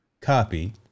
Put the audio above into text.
copy